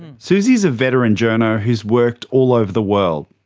suzie's a veteran journo who's worked all over the world.